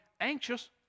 anxious